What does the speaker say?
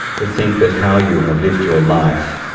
to think that how you have lived your life,